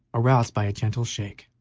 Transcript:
roused by a gentle shake,